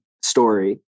story